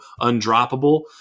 undroppable